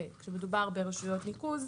וכשמדובר ברשויות ניקוז,